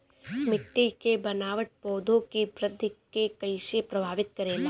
मिट्टी के बनावट पौधों की वृद्धि के कईसे प्रभावित करेला?